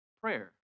prayer